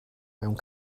mewn